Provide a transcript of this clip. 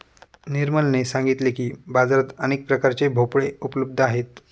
निर्मलने सांगितले की, बाजारात अनेक प्रकारचे भोपळे उपलब्ध आहेत